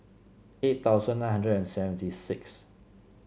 eight thousand nine hundred and seventy six